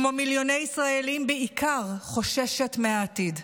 כמו מיליוני ישראלים, בעיקר חוששת מהעתיד.